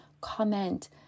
Comment